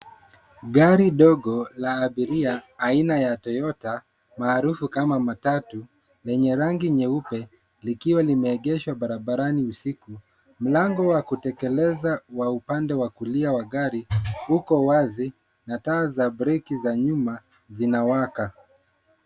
Gari ndogo la abiria aina ya Toyota, maarufu kama matatu, lenye rangi nyeupe, likiwa limeegeshwa barabarani usiku. Mlango wa kutekeleza wa upande wa kulia wa gari uko wazi, na taa za breki za nyuma zinawaka.